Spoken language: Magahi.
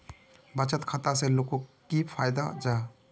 बचत खाता से लोगोक की फायदा जाहा?